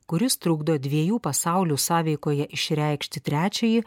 kuris trukdo dviejų pasaulių sąveikoje išreikšti trečiąjį